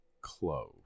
clove